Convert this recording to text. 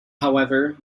however